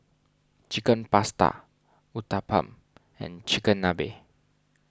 Chicken Pasta Uthapam and Chigenabe